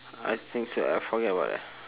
I think so I forget what